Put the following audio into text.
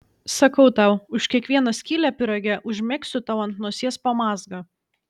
sakau tau už kiekvieną skylę pyrage užmegsiu tau ant nosies po mazgą